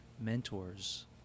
mentors